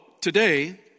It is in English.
today